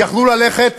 יכלו ללכת